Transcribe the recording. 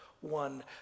one